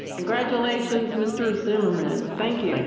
congratulations, mr. zimmerman. thank you. like